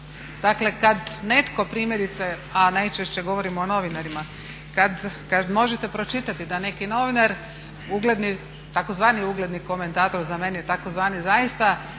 Dakle kad netko primjerice, a najčešće govorimo o novinarima, kad možete pročitati da neki novinar ugledni, tzv. ugledni komentator za mene je tzv., zaista